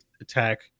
attack